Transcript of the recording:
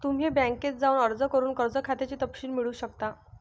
तुम्ही बँकेत जाऊन अर्ज करून कर्ज खात्याचे तपशील मिळवू शकता